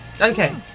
Okay